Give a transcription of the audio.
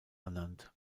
ernannt